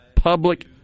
public